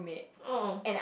oh